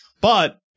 But-